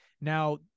Now